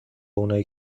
اونایی